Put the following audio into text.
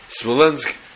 Smolensk